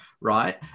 right